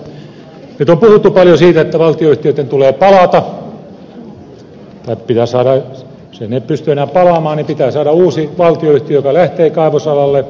nyt on paljon puhuttu siitä että valtionyhtiöitten tulee palata tai jos ne eivät enää pysty palaamaan pitää saada uusi valtionyhtiö joka lähtee kaivosalalle